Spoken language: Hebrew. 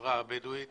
ולחברה הבדואית